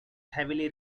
heavily